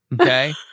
Okay